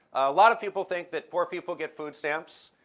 a lot of people think that poor people get food stamps.